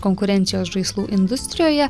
konkurencijos žaislų industrijoje